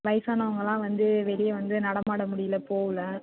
வயசானவங்களாம் வந்து வெளியே வந்து நடமாட முடியல போகல